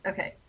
Okay